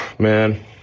man